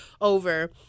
over